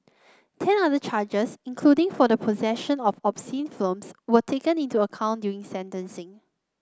ten other charges including for the possession of obscene films were taken into account during sentencing